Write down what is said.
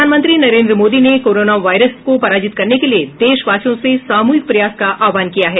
प्रधानमंत्री नरेन्द्र मोदी ने corona virus को पराजित करने के लिए देशवासियों से सामूहिक प्रयास का आहवान किया है